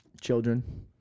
Children